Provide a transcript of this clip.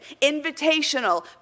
invitational